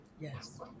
Yes